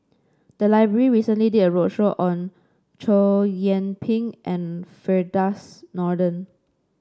the library recently did a roadshow on Chow Yian Ping and Firdaus Nordin